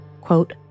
Quote